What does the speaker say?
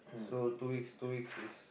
so two weeks two weeks is